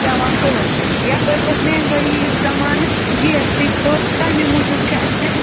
پیٚوان تُلُن یَپٲرۍ ؤژھ مہنگٲیی ہُنٛد زمانہٕ جی ایس ٹی کھوٚت تَمی موٗجوٗب چھُ اَسہِ